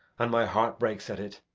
and my heart breaks at it.